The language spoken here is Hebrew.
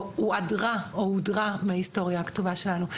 או הודרה מההיסטוריה הכתובה שלנו.